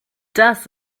das